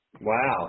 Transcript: Wow